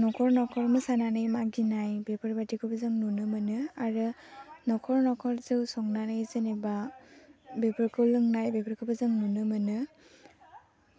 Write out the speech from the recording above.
नख'र नख'र मोसानानै मागिनाय बेफोर बायदिखौबो जों नुनो मोनो आरो नख'र नख'र जौ संनानै जेनेबा बेफोरखौ लोंनाय बेफोरखौबो जों नुनो मोनो